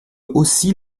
aussi